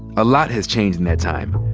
a lot has changed in that time.